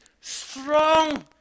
strong